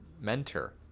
mentor